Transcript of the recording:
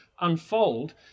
unfold